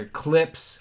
clips